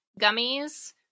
gummies